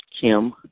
Kim